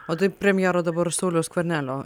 o tai premjero dabar sauliaus skvernelio